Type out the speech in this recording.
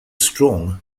strong